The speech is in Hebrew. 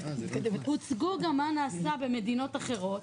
הוצג גם מה נעשה במדינות אחרות.